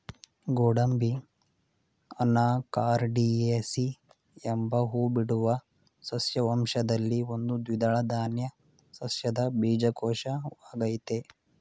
ಗೋಡಂಬಿ ಅನಾಕಾರ್ಡಿಯೇಸಿ ಎಂಬ ಹೂಬಿಡುವ ಸಸ್ಯ ವಂಶದಲ್ಲಿನ ಒಂದು ದ್ವಿದಳ ಧಾನ್ಯ ಸಸ್ಯದ ಬೀಜಕೋಶವಾಗಯ್ತೆ